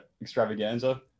Extravaganza